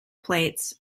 plates